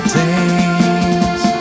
days